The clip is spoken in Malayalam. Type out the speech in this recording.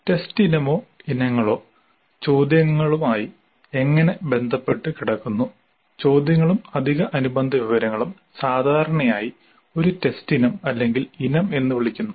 ടെസ്റ്റ് ഇനമോ ഇനങ്ങളോ ചോദ്യങ്ങലുമായി എങ്ങനെ ബന്ധപെട്ടു കിടക്കുന്നു ചോദ്യങ്ങളും അധിക അനുബന്ധ വിവരങ്ങളും സാധാരണയായി ഒരു ടെസ്റ്റ് ഇനം അല്ലെങ്കിൽ ഇനം എന്ന് വിളിക്കുന്നു